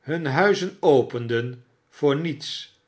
hun huizen openden voor niets